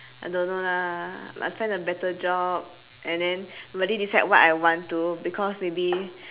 I don't know lah must find a better job and then really decide what I want to because maybe